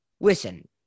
Listen